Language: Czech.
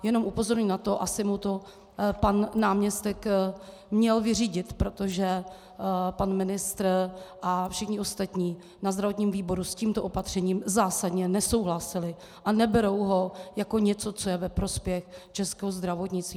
Jenom upozorňuji na to, asi mu to pan náměstek měl vyřídit, protože pan ministr a všichni ostatní na zdravotním výboru s tímto opatřením zásadně nesouhlasili a neberou ho jako něco, co je ve prospěch českého zdravotnictví.